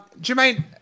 Jermaine